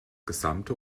gesamte